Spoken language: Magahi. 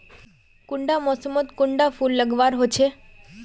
कुंडा मोसमोत कुंडा फुल लगवार होछै?